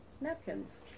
napkins